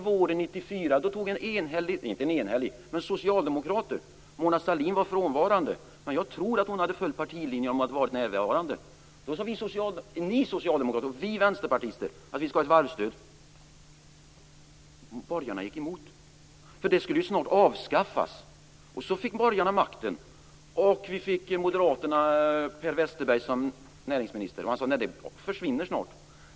Våren 1994 sade ni socialdemokrater - Mona Sahlin var då frånvarande men jag tror att hon skulle ha följt partilinjen om hon hade varit närvarande - och vi vänsterpartister att vi skall ha ett varvsstöd. Borgarna gick emot, för det skulle ju snart avskaffas. Sedan fick borgarna makten och vi fick Moderaternas Per Westerberg som näringsminister. Han sade: Nej, det försvinner snart.